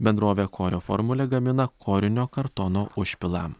bendrovė korio formulė gamina korinio kartono užpilą